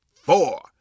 four